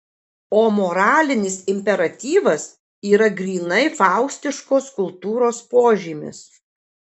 o moralinis imperatyvas yra grynai faustiškos kultūros požymis